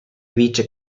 vice